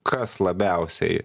kas labiausiai